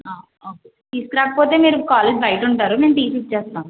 okay తీసుకురాకపోతే మీరు college బయట ఉంటారు మేము టీసీ ఇచ్చేస్తాము